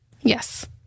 Yes